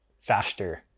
faster